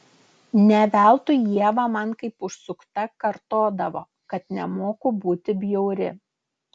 ne veltui ieva man kaip užsukta kartodavo kad nemoku būti bjauri